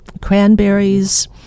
cranberries